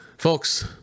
Folks